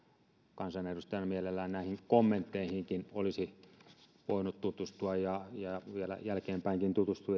kansanedustajana mielellään näihin kommentteihinkin olisi voinut tutustua ja ja vielä jälkeenpäinkin tutustua